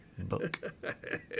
book